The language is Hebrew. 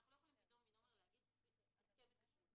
אנחנו לא יכולים פתאום משום מקום להגיד "הסכם התקשרות".